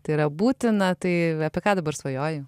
tai yra būtina tai apie ką dabar svajoji